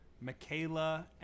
Michaela